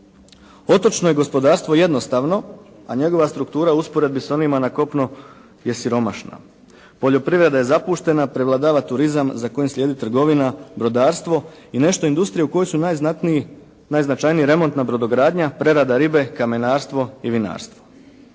Otočno je gospodarstvo jednostavno, a njegova struktura u usporedbi s onima na kopnu je siromašna. Poljoprivreda je zapuštena, prevladava turizam za kojim slijedi trgovina, brodarstvo i nešto industrije u kojoj su najznačajniji remontna brodogradnja, prerada riba, kamenarstvo i vinarstvo.